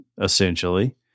essentially